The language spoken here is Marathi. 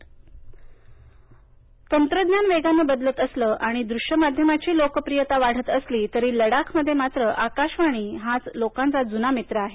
लडाख रेडिओ तंत्रज्ञान वेगानं बदलत असलं आणि दृश्य माध्यमाची लोकप्रियता वाढत असली तरी लडाखमध्ये मात्र आकाशवाणी हाच लोकांचा जुना मित्र आहे